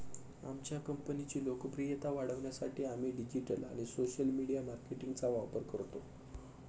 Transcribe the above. आमच्या कंपनीची लोकप्रियता वाढवण्यासाठी आम्ही डिजिटल आणि सोशल मीडिया मार्केटिंगचा वापर करतो